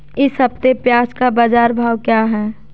इस हफ्ते प्याज़ का बाज़ार भाव क्या है?